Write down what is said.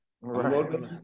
Right